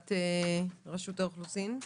עמדת רשות האוכלוסין וההגירה?